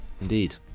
indeed